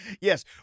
Yes